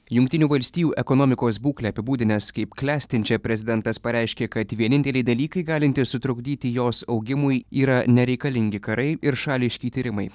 jungtinių valstijų ekonomikos būklę apibūdinęs kaip klestinčią prezidentas pareiškė kad vieninteliai dalykai galintys sutrukdyti jos augimui yra nereikalingi karai ir šališki tyrimai